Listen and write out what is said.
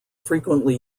frequently